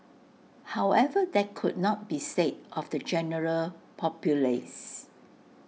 however that could not be say of the general populace